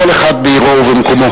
כל אחד בעירו ובמקומו.